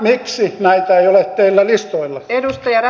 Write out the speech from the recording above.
miksi näitä ei ole teillä listoilla